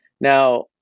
Now